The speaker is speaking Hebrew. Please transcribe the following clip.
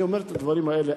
אני אומר את הדברים האלה,